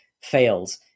fails